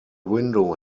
window